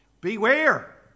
Beware